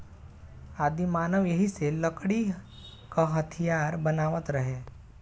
आदिमानव एही से लकड़ी क हथीयार बनावत रहे